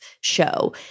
show